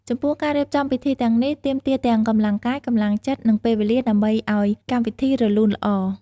ចំពោះការរៀបចំពិធីទាំងនេះ ទាមទារទាំងកម្លាំងកាយ កម្លាំងចិត្ត និងពេលវេលាដើម្បីអោយកម្មវីធីរលូនល្អ។